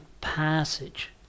passage